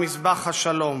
על מזבח השלום,